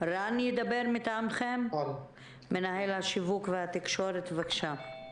רן, מנהל השיווק והתקשורת, בבקשה.